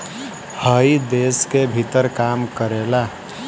हइ देश के भीतरे काम करेला